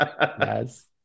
Yes